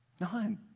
None